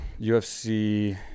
UFC